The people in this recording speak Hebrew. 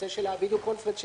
video conference,